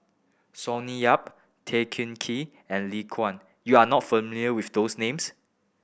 Sonny Yap Tan Kah Kee and Lee Kang you are not familiar with those names